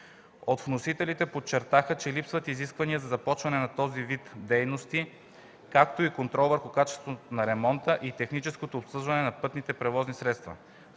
От вносителите подчертаха, че липсват изисквания за започване на този вид дейности, както и контрол върху качеството на ремонта и техническото обслужване на пътните превозни средства.